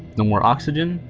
no more oxygen,